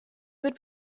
would